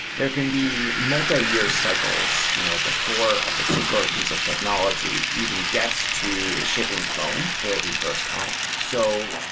there can be multiyear cycles you know before a particular piece of technology even gets to a shipping phone for the first time. so,